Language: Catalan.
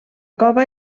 cova